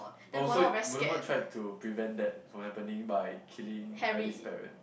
oh so Voldemort tried to prevent that from happening by killing Harry's parents